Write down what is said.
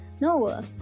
no